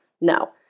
No